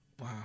Wow